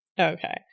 Okay